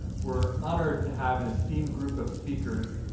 we're honored to have an esteemed group of speakers,